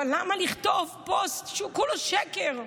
אבל למה לכתוב פוסט שהוא כולו שקר?